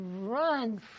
run